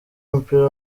w’umupira